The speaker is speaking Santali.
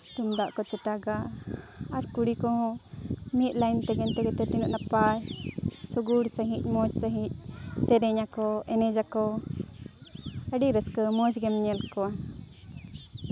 ᱛᱩᱢᱫᱟᱜ ᱠᱚ ᱪᱮᱴᱟᱜᱟ ᱟᱨ ᱠᱩᱲᱤ ᱠᱚᱦᱚᱸ ᱢᱤᱫ ᱞᱟᱭᱤᱱ ᱛᱮᱜᱮ ᱛᱤᱱᱟᱹᱜ ᱱᱟᱯᱟᱭ ᱥᱩᱜᱩᱲ ᱥᱟᱺᱦᱤᱡ ᱢᱚᱡᱽ ᱥᱟᱺᱦᱤᱡ ᱥᱮᱨᱮᱧ ᱟᱠᱚ ᱮᱱᱮᱡᱟ ᱠᱚ ᱟᱹᱰᱤ ᱨᱟᱹᱥᱠᱟᱹ ᱢᱚᱡᱽ ᱜᱮᱢ ᱧᱮᱞ ᱠᱚᱣᱟ